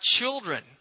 children